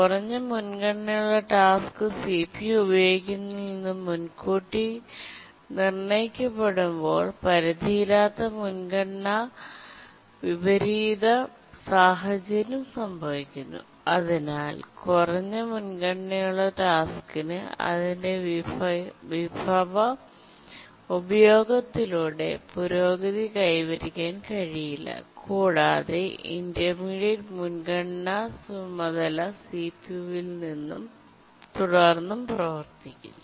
കുറഞ്ഞ മുൻഗണനയുള്ള task CPU ഉപയോഗിക്കുന്നതിൽ നിന്ന് മുൻകൂട്ടി നിർണ്ണയിക്കപ്പെടുമ്പോൾ പരിധിയില്ലാത്ത മുൻഗണനാ വിപരീത സാഹചര്യം സംഭവിക്കുന്നു അതിനാൽ കുറഞ്ഞ മുൻഗണനയുള്ള ടാസ്ക്കിന് അതിന്റെ വിഭവ ഉപയോഗത്തിലൂടെ പുരോഗതി കൈവരിക്കാൻ കഴിയില്ല കൂടാതെ ഇന്റർമീഡിയറ്റ് മുൻഗണനാ ചുമതല സിപിയുവിൽ തുടർന്നും പ്രവർത്തിക്കുന്നു